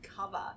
cover